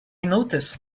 noticed